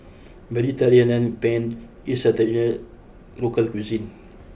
Mediterranean Penne is a traditional local cuisine